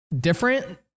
different